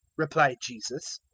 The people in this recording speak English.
replied jesus,